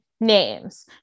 names